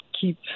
keep